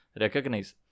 recognize